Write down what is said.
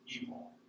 evil